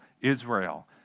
Israel